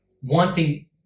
wanting